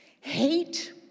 hate